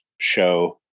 show